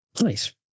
Nice